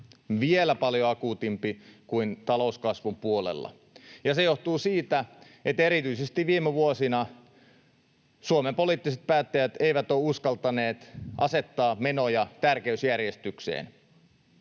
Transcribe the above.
vielä paljon akuutimpi, kuin talouskasvun puolella, ja se johtuu siitä, että erityisesti viime vuosina Suomen poliittiset päättäjät eivät ole uskaltaneet asettaa menoja tärkeysjärjestykseen.